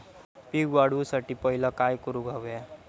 पीक वाढवुसाठी पहिला काय करूक हव्या?